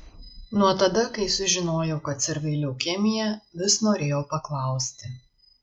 nuo tada kai sužinojau kad sirgai leukemija vis norėjau paklausti